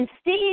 Steve